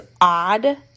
odd